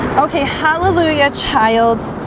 okay hallelujah child